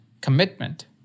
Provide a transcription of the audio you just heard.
commitment